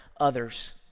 others